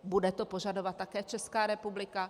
Bude to požadovat také Česká republika?